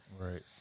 Right